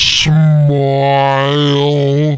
smile